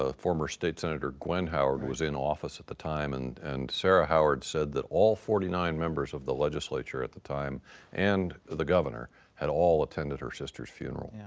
ah former state senator gwen howard was in office at the time and and sara howard said that all forty nine members of the legislature at the time and the governor had all attended her sister's funeral. and